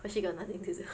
cause she got nothing to do